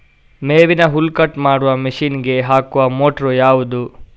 ಮೇವಿನ ಹುಲ್ಲು ಕಟ್ ಮಾಡುವ ಮಷೀನ್ ಗೆ ಹಾಕುವ ಮೋಟ್ರು ಯಾವುದು?